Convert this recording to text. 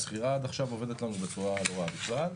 השכירה עד עכשיו עובדת לנו בצורה לא רעה בכלל,